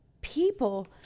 people